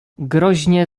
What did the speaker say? groźnie